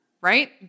right